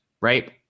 right